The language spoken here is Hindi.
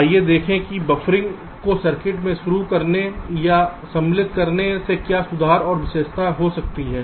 आइए देखें कि बफरिंग को सर्किट में शुरू करने या सम्मिलित करने से क्या सुधार और विशेषताएं हो सकती है